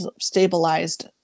stabilized